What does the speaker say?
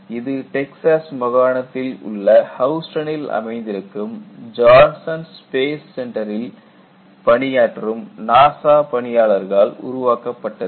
இது டெக்சாஸ் மாகாணத்தில் உள்ள ஹவுஸ்டனில் அமைந்திருக்கும் ஜான்சன் ஸ்பேஸ் சென்டரில் பணியாற்றும் NASA பணியாளர்களால் உருவாக்கப்பட்டது